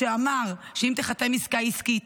שאמר שאם תיחתם עסקה חלקית